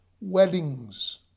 weddings